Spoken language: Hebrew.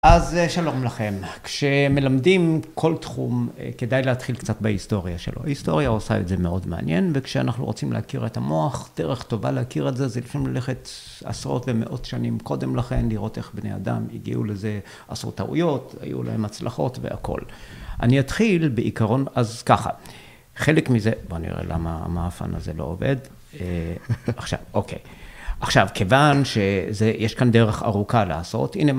אז שלום לכם. כשמלמדים כל תחום, כדאי להתחיל קצת בהיסטוריה שלו. ההיסטוריה עושה את זה מאוד מעניין, וכשאנחנו רוצים להכיר את המוח, דרך טובה להכיר את זה, זה לפעמים ללכת עשרות ומאות שנים קודם לכן, לראות איך בני אדם הגיעו לזה עשו טעויות, היו להם הצלחות והכול. אני אתחיל בעיקרון אז ככה. חלק מזה, בוא נראה למה המאפן הזה לא עובד. עכשיו, אוקיי. עכשיו, כיוון שיש כאן דרך ארוכה לעשות, הנה...